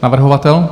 Navrhovatel?